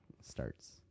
starts